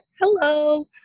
hello